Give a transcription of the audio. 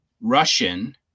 Russian